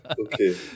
Okay